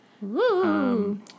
Woo